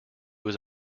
was